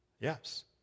Yes